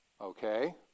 Okay